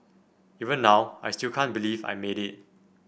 even now I still can't believe I made it